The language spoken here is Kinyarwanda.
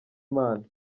mana